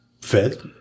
fed